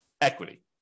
equity